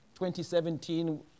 2017